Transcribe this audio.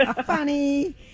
funny